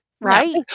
Right